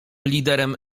liderem